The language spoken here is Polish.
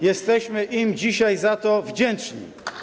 Jesteśmy im dzisiaj za to wdzięczni.